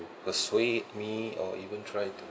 persuade me or even try to